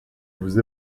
vous